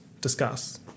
discuss